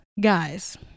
guys